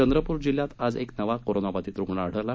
चंद्रपूर जिल्ह्यात आज एक नवा कोरोनाबाधित रुग्ण आढळला